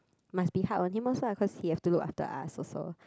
must be hard on him also ah cause he have to look after us also